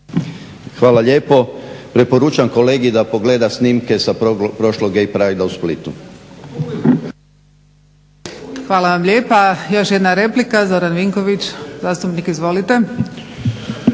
Hvala lijepo. Preporučam kolegi da pogleda snimke sa prošlog gay pridea u Splitu. **Kosor, Jadranka (HDZ)** Hvala vam lijepa. Još jedna replika, Zoran Vinković zastupnik. Izvolite.